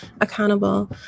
accountable